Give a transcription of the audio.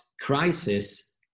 crisis